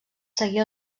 seguir